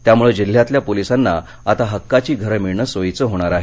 त्यामुळे जिल्ह्यातल्या पोलिसांना आता हक्काची घरं मिळण सोयीचं होणार आहे